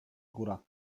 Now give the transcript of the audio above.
góra